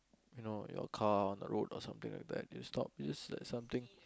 you know your car on the road or something like that it stop it's like something